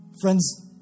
Friends